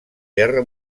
guerra